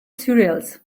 cereals